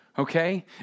Okay